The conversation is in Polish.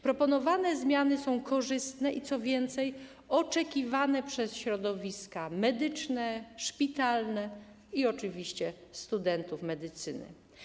Proponowane zmiany są korzystne i co więcej, oczekiwane przez środowiska medyczne, szpitalne i oczywiście przez studentów medycyny.